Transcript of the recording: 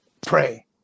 pray